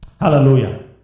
Hallelujah